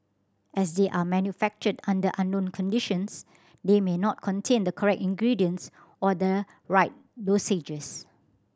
as they are manufactured under unknown conditions they may not contain the correct ingredients or the right dosages